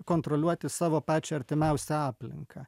kontroliuoti savo pačią artimiausią aplinką